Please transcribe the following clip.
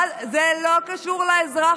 זה לא קשור לאזרח.